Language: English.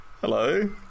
Hello